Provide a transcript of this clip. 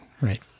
right